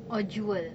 or jewel